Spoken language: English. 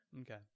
Okay